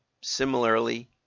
similarly